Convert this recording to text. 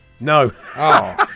no